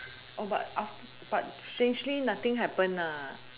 but after but strangely nothing happen ah